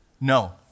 no